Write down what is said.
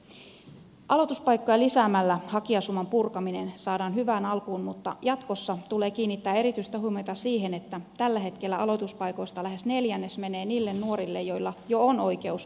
aloituspaikkoja lisäämällä hakijasuman purkaminen saadaan hyvään alkuun mutta jatkossa tulee kiinnittää erityistä huomiota siihen että tällä hetkellä aloituspaikoista lähes neljännes menee niille nuorille joilla jo on oikeus korkeakouluopintoihin